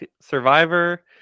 Survivor